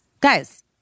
guys